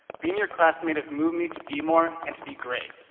being your classmate has moved me to be more and to be great,